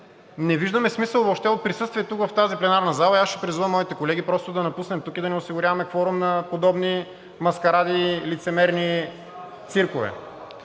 не виждаме смисъл въобще от присъствие тук в тази пленарна зала и аз ще призова моите колеги просто да напуснем и да не осигуряваме кворум на подобни маскаради и лицемерни циркове.